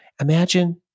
imagine